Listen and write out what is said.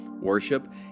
worship